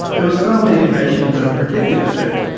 there was some indication of a protective effect.